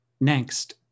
Next